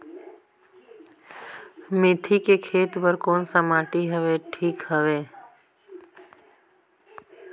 मेथी के खेती बार कोन सा माटी हवे ठीक हवे?